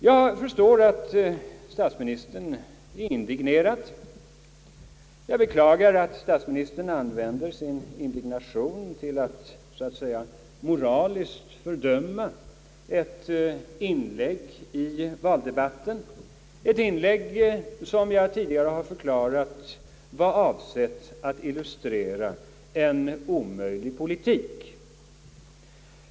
Jag förstår att statsministern är indignerad, men tycker inte att indignationen skall användas för att så att säga moraliskt fördöma ett inlägg i valdebatten, ett inlägg som jag tidigare har förklarat var avsett att illustrera en omöjlig politik.